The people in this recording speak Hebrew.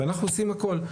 ואנחנו עושים הכול.